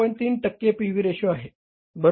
3 टक्के P V ratio आहे बरोबर